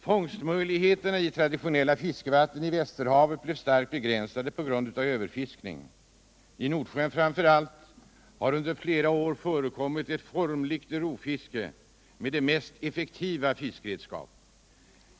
Fångstmöjligheterna i traditionella fiskevatten i västerhavet blev starkt begränsade på grund av överfiskning. Framför allt i Nordsjön har under flera år förekommit ett formligt rovfiske med de mest effektiva fiskredskap.